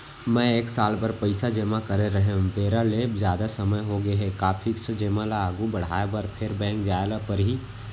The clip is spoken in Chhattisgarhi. मैं एक साल बर पइसा जेमा करे रहेंव, बेरा ले जादा समय होगे हे का फिक्स जेमा ल आगू बढ़ाये बर फेर बैंक जाय ल परहि?